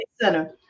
center